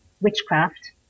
witchcraft